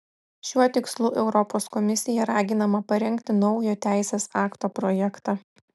šiuo tikslu europos komisija raginama parengti naujo teisės akto projektą